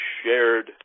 shared